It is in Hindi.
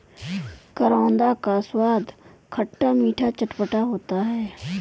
करौंदा का स्वाद खट्टा मीठा चटपटा होता है